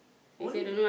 only